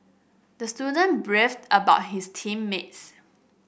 the student beefed about his team mates